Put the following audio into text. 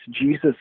Jesus